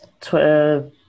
Twitter